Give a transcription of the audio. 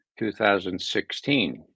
2016